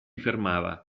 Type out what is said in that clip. fermava